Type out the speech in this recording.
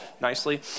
nicely